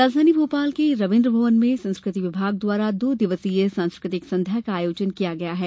राजधानी भोपाल के रवीन्द्र भवन में संस्कृति विभाग द्वारा दो दिवसीय सांस्कृतिक संध्या का भी आयोजन किया गया है